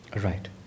Right